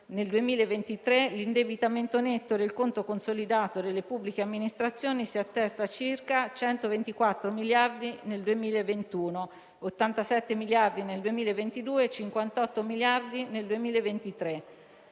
nel 2023, l'indebitamento netto del conto consolidato delle pubbliche amministrazioni si attesta a circa 124 miliardi nel 2021, 87 miliardi nel 2022 e 58 miliardi nel 2023.